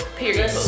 period